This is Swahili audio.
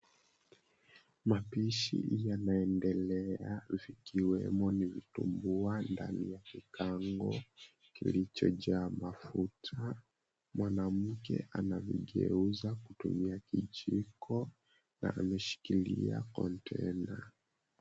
Mapishi yanaendelea vikiwemo ni vitumbua ndani ya kikango kilichojaa mafuta. Mwanamke anavigeuza kutumia kijiko na ameshikilia container .